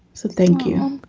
so thank you.